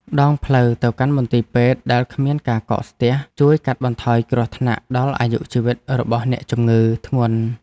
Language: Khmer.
ដងផ្លូវទៅកាន់មន្ទីរពេទ្យដែលគ្មានការកកស្ទះជួយកាត់បន្ថយគ្រោះថ្នាក់ដល់អាយុជីវិតរបស់អ្នកជំងឺធ្ងន់។